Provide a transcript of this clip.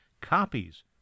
copies